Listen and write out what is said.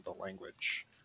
language